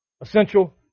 essential